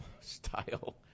style